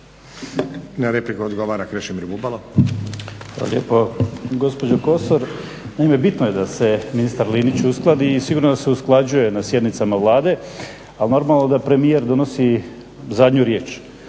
Na repliku odgovara Krešimir Bubalo.